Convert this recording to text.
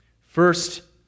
First